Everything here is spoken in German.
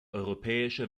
europäische